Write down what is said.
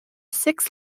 six